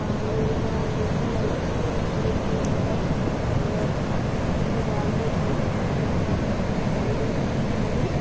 మా ఊరిలో వృద్ధులు అయితే ఇప్పుడికి కూడా చాలా వాళ్ళ అన్ని పనులు వాళ్ళే చేసుకునే లాగా మంచి హెల్తీగా ఉన్నారు